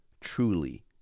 truly